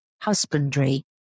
husbandry